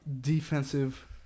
Defensive